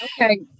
Okay